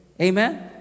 Amen